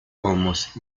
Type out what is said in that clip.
almost